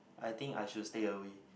I think I should stay away